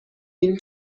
این